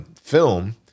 film